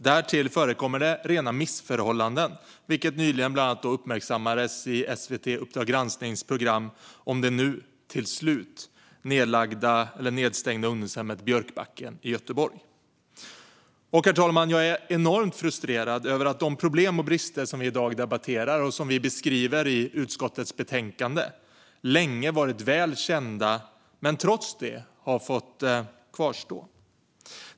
Därtill förekommer rena missförhållanden, vilket nyligen bland annat uppmärksammades i SVT:s och Uppdrag g ransknings program om det nu till slut nedstängda ungdomshemmet Björkbacken i Göteborg. Herr talman! Jag är enormt frustrerad över att de problem och brister som vi i dag debatterar och som vi beskriver i utskottets betänkande länge varit väl kända men trots det har kvarstått.